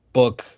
book